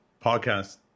podcast